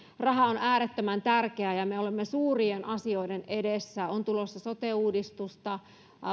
raha on äärettömän tärkeää me olemme suurien asioiden edessä on tulossa sote uudistusta